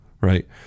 right